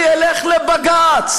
אני אלך לבג"ץ,